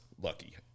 lucky